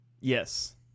Yes